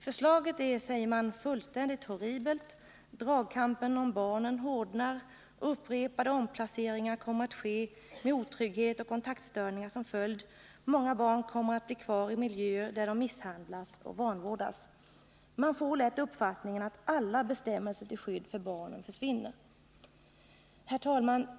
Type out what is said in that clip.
Förslaget är, säger man, fullständigt horribelt, dragkampen om barnen hårdnar, upprepade omplaceringar kommer att ske, med otrygghet och kontaktstörningar som följd, många barn kommer att bli kvar i miljöer där de misshandlas och vanvårdas. Man får lätt uppfattningen att alla bestämmelser till skydd för barnen försvinner. Herr talman!